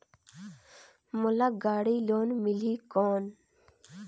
मोला गाड़ी लोन मिलही कौन?